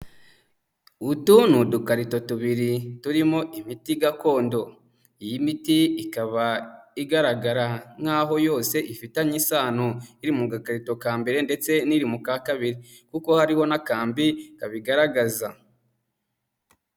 Utu ni udukarito tubiri turimo imiti gakondo. Iyi miti ikaba igaragara nkaho yose ifitanye isano, iri mu gakariito ka mbere ndetse n'iri mu ka kabiri kuko hariho n'akambi kabigaragaza.